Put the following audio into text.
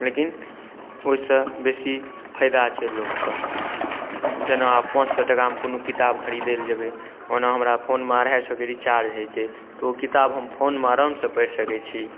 लेकिन ओहिसँ बेसी फाइदा छै लोकके जेना आब पाँच सओ टकामे कोनो किताब खरिदैलए जेबै ओना हमरा फोनमे अढ़ाइ सओके रीचार्ज होइ छै तऽ ओ किताब हम फोनमे आरामसँ पढ़ि सकै छी